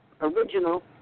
Original